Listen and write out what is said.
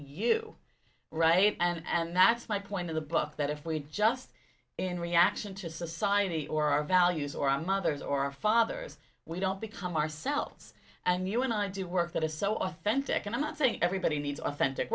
you right and that's my point in the book that if we just in reaction to society or our values or our mothers or fathers we don't become ourselves and you and i do work that is so authentic and i think everybody needs authentic